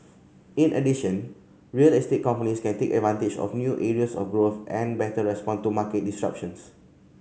in addition real estate companies can take advantage of new areas of growth and better respond to market disruptions